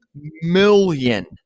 million